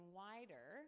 wider